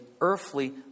earthly